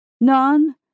None